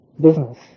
business